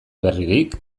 berririk